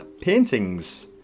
paintings